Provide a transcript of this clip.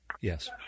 yes